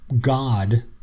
God